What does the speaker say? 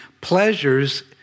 Pleasures